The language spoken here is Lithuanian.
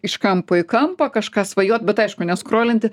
iš kampo į kampą kažką svajot bet aišku ne skrolinti